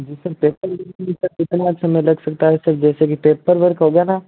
जी sir paper work में sir कितना समय लग सकता है सर जैसे कि पेपर वर्क होगा ना